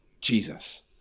Jesus